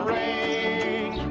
a